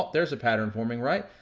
there's a pattern forming, right?